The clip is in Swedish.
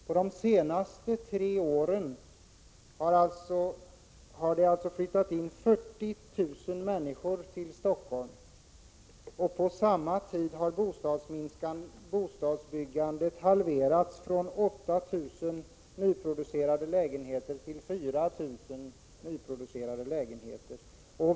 Under de senaste tre åren har 40 000 människor flyttat in till Stockholm, och under samma tid har bostadsbyggandet halverats från 8 000 nyproducerade lägenheter till 4 000 nyproducerade lägenheter.